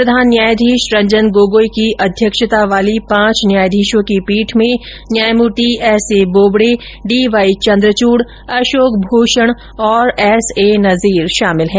प्रधान न्यायाधीश रंजन गोगोई की अध्यक्षता वाली पांच न्यायाधीशों की पीठ में न्यायमूर्ति S A Bobde D Y Chandrachud Ashok Bhushan और एसए नजीर शामिल हैं